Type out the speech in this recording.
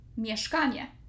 mieszkanie